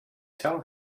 tell